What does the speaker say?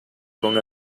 con